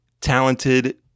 talented